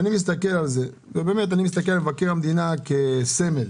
אני מסתכל על מבקר המדינה כסמל.